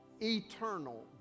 eternal